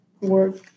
work